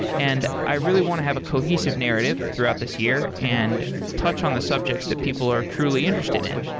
and i really want to have a cohesive narrative throughout this year and touch on the subjects that people are truly interested in.